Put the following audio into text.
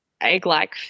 egg-like